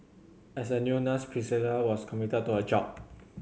as a new nurse Priscilla was committed to her job